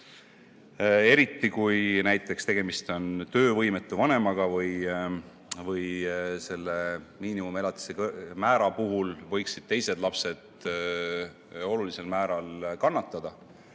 Eriti, kui tegemist on näiteks töövõimetu vanemaga või selle miinimumelatise määra puhul võiksid teised lapsed olulisel määral kannatada.